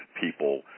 people